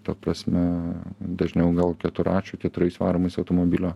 ta prasme dažniau gal keturračių keturiais varomais automobilio